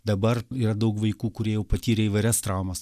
dabar yra daug vaikų kurie jau patyrė įvairias traumas